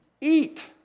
eat